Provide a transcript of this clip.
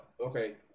okay